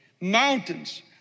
mountains